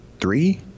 three